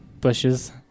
bushes